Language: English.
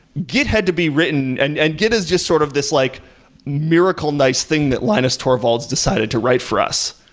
git had to be written and and git is just sort of this like miracle nice thing that linus torvalds decided to write for us,